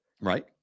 Right